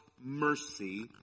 mercy